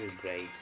great